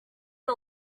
are